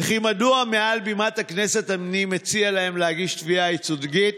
וכי מדוע מעל בימת הכנסת אני מציע להם להגיש תביעה ייצוגית?